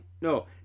No